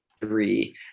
three